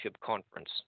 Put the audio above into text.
Conference